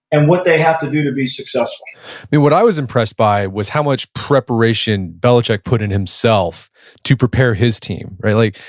and what they have to do to be successful what i was impressed by was how much preparation belichick put in himself to prepare his team right? like